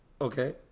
Okay